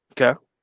Okay